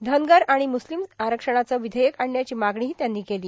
धनगर आणि म्स्लिम आरक्षणाचं विधेयक आणण्याची मागणीही त्यांनी केली